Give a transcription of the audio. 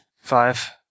Five